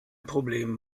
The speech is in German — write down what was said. problem